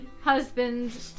husband